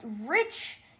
rich